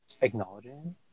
acknowledging